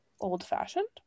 old-fashioned